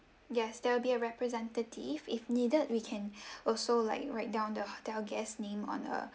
yes there'll be a representative if needed we can also like write down the hotel guest name on a